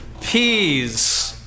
peas